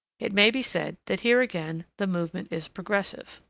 it may be said that here again the movement is progressive.